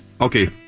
Okay